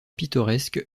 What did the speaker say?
pittoresque